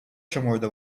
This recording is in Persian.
شمرده